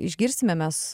išgirsime mes